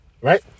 right